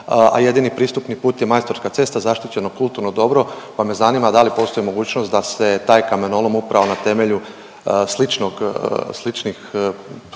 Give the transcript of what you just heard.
a jedini pristupni put je Majstorska cesta zaštićeno kulturno dobro pa me zanima da li postoji mogućnost da se taj kamenolom upravo na temelju sličnog, sličnih,